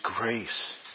grace